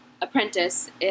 apprentice